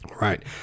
Right